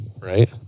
Right